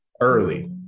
early